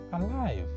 alive